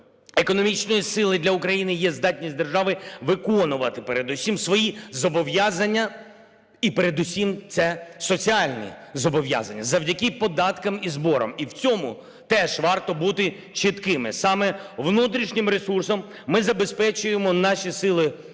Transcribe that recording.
економічної сили для України є здатність держави виконувати передусім свої зобов'язання і передусім це соціальні зобов'язання, завдяки податкам і зборам. І в цьому теж варто бути чіткими, саме внутрішнім ресурсом ми забезпечуємо наші сили оборони